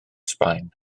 sbaen